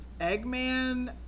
Eggman